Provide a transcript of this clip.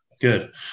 good